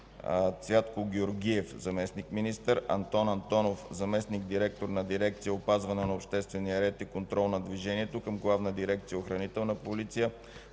Цвятко Георгиев – заместник-министър, Антон Антонов – заместник-директор на дирекция „Опазване на обществения ред и контрол на движението” към Главна дирекция „Охранителна полиция”,